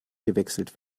gewechselt